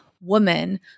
woman